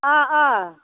अह अह